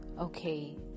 okay